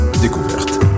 découverte